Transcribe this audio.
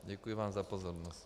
Děkuji vám za pozornost.